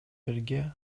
бирге